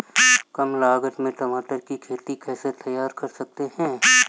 कम लागत में टमाटर की खेती कैसे तैयार कर सकते हैं?